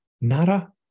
Nara